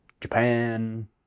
Japan